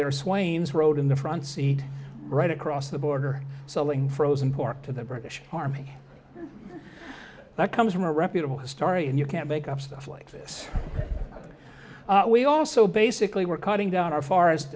their swain's rode in the front seat right across the border selling frozen pork to the british army that comes from a reputable historian you can't make up stuff like this we also basically were cutting down our f